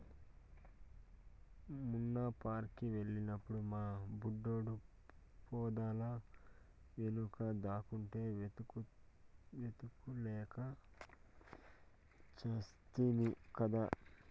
మొన్న పార్క్ కి వెళ్ళినప్పుడు మా బుడ్డోడు పొదల వెనుక దాక్కుంటే వెతుక్కోలేక చస్తిమి కదా